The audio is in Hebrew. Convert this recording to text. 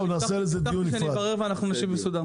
אבל הבטחתי שאני אברר ואנחנו נשיב מסודר.